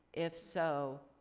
if so,